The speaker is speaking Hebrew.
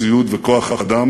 ציוד וכוח-אדם